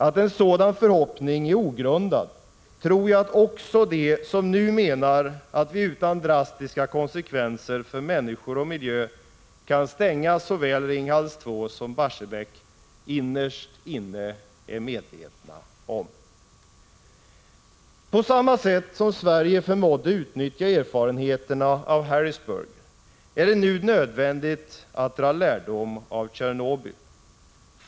Att en sådan förhoppning är ogrundad tror jag att också de politiker som nu menar att vi utan drastiska konsekvenser för människor och miljö kan stänga såväl Ringhals 2 som Barsebäck innerst inne är medvetna om. På samma sätt som Sverige förmådde utnyttja erfarenheterna av Harrisburg är det nu nödvändigt att dra lärdom av Tjernobyl.